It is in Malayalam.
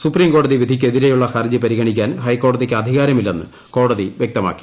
സുപ്രീംകോടതി വിധിക്കെതിരെയുള്ള ഹർജി പരിഗണിക്കാൻ ഹൈക്കോടതിക്ക് അധികാരമില്ലെന്ന് കോടതി വൃക്തമാക്കി